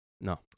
no